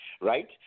right